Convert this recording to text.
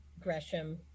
gresham